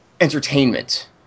entertainment